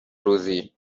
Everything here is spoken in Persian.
روزی